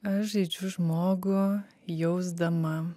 aš žaidžiu žmogų jausdama